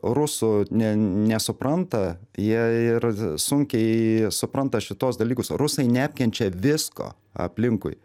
rusų ne nesupranta jie ir sunkiai supranta šituos dalykus rusai neapkenčia visko aplinkui